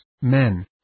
men